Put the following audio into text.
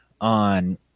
on